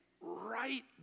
right